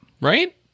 right